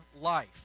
life